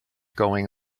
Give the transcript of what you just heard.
going